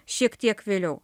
šiek tiek vėliau